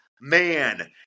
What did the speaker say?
man